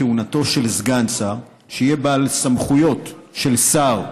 כהונתו של סגן שר שיהיה בעל סמכויות של שר,